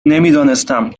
نمیدانستم